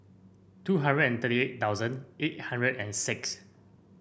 two hundred and thirty eight thousand eight hundred and six